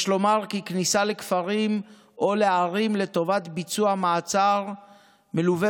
יש לומר כי כניסה לכפרים או לערים לביצוע מעצר מלווה